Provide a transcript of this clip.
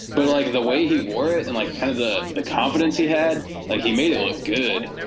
but like the way he wore it and like kind of the the confidence he had, like he made it look good.